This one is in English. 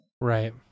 right